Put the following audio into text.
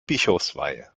bischofsweihe